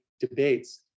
Debates